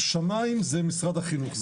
שמיים זה משרד החינוך.